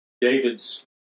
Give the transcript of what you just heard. David's